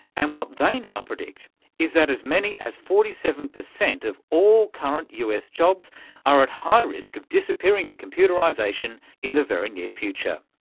and what they now predict is that as many as forty seven percent of all current us jobs are at high risk of disappearing to computerisation in the very near future.